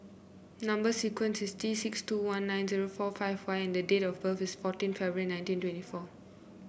number sequence is T six two one nine zero four five Y and date of birth is fourteen February nineteen twenty four